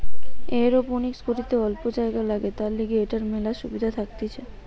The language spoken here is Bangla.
এরওপনিক্স করিতে অল্প জাগা লাগে, তার লিগে এটার মেলা সুবিধা থাকতিছে